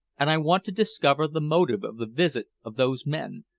and i want to discover the motive of the visit of those men,